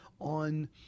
on